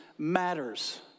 matters